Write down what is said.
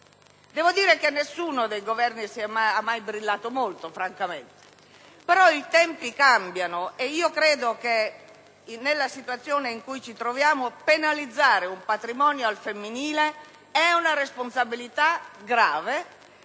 che nessuno dei Governi ha mai brillato molto sul punto, però i tempi cambiamo e credo che, nella situazione in cui ci troviamo, penalizzare il patrimonio femminile sia una responsabilità grave.